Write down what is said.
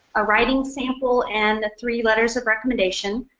a writing sample and three letters of recommendation.